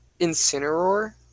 incineroar